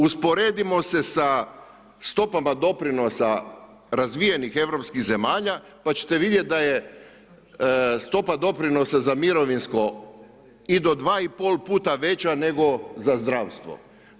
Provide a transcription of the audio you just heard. Usporedimo se sa stopama doprinosa razvijenih europskih zemalja pa ćete vidjeti da je stopa doprinosa za mirovinsko i do 2,5 puta veća nego za zdravstvo.